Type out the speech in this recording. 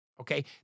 Okay